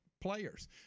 players